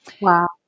Wow